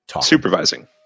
Supervising